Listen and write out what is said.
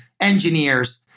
engineers